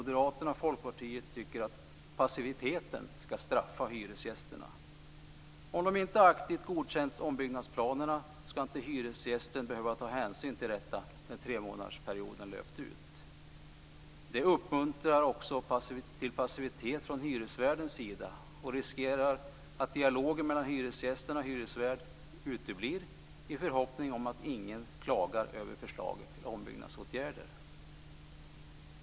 De och Folkpartiet tycker att passivitet ska straffa hyresgästerna. Om hyresgästerna inte aktivt godkänt ombyggnadsplanerna ska hyresvärden inte behöva ta hänsyn till detta när tremånadersperioden har löpt ut. Det uppmuntrar också till passivitet från hyresvärdens sida och riskerar att dialoger mellan hyresgäster och hyresvärd uteblir i förhoppning om att ingen klagar över förslaget till ombyggnadsåtgärder.